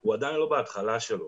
הוא עדיין לא בהתחלה שלו.